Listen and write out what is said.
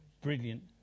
brilliant